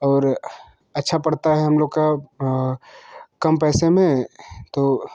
और अच्छा पड़ता है हम लोग का कम पैसे में तो